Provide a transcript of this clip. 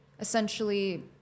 essentially